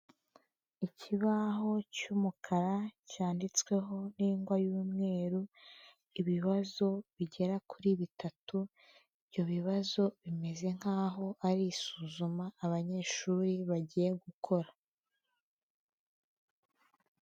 Ikibaho cy'umukara cyanditsweho n'igwa y'umweru ibibazo bigera kuri bitatu, ibyo bibazo bimeze nk'aho ari isuzuma abanyeshuri bagiye gukora.